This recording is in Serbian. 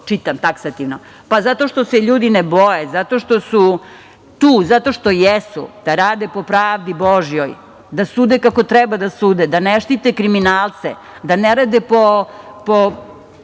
čitam taksativno? Pa, zato što se ljudi ne boje, zato što su tu, zato što jesu da rade po pravdi božjoj, da sude kako treba da sude, da ne štite kriminalce, da ne rade po